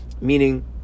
meaning